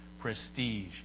prestige